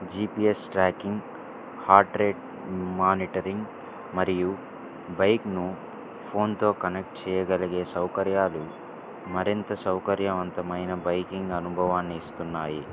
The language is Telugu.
GPS tracking heart rate monitoring మరియు బైక్కు ఫోన్లో కనెక్ట్ చేయగలిగే సౌకర్యాలు మరింత సౌకర్యవంతమైన బైకింగ్ అనుభవాన్ని ఇస్తున్నాయి